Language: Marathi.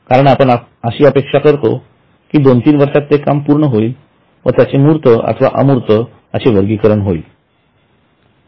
कारण आपण अशी अपेक्षा करतो कि २ ३ वर्षात ते काम पूर्ण होईल आणि त्याचे मूर्त अथवा अमूर्त असे वर्गीकरण होईल